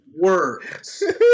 words